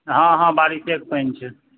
हँ हँ बारिशे कऽ पानि छै